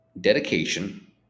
dedication